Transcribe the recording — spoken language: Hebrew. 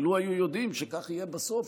ולו היו יודעים שכך יהיה בסוף,